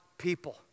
people